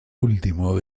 último